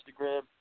Instagram